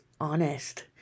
honest